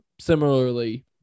similarly